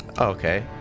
Okay